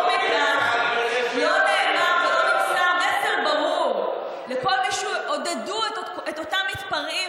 חמור מכך: לא נאמר ולא נמסר מסר ברור לכל מי שעודדו את אותם מתפרעים,